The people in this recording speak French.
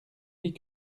dit